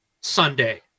sunday